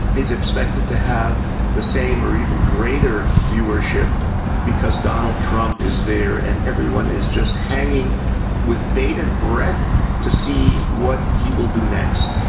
is expected to have the same or even greater viewership because donald trump is there and everyone is just hanging with baited breath to see what he will do next.